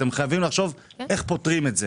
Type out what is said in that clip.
אתם חייבים לחשוב איך פותרים את זה.